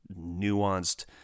nuanced